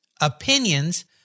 opinions